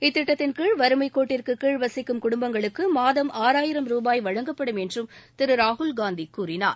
இத்திட்டத்தின் கீழ் வறுமைக்கேட்டிற்கு கீழ் வசிக்கும் குடுப்பங்களுக்கு மாதம் ஆறாயிரம் ரூபாய் வழங்கப்படும் என்றும் திரு ராகுல்காந்தி கூறினார்